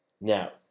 now